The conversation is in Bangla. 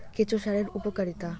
কেঁচো সারের উপকারিতা?